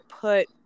put